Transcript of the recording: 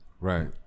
right